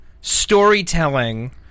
storytelling